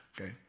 Okay